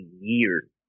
years